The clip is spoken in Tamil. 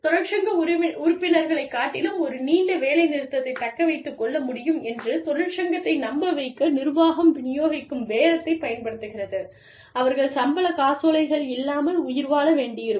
தொழிற்சங்க உறுப்பினர்களைக் காட்டிலும் ஒரு நீண்ட வேலைநிறுத்தத்தைத் தக்க வைத்துக் கொள்ள முடியும் என்று தொழிற்சங்கத்தை நம்ப வைக்க நிர்வாகம் விநியோகிக்கும் பேரத்தைப் பயன்படுத்துகிறது அவர்கள் சம்பள காசோலைகள் இல்லாமல் உயிர்வாழ வேண்டியிருக்கும்